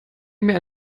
mir